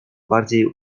bardziej